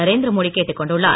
நரேந்திர மோடி கேட்டுக்கொண்டுள்ளார்